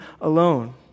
alone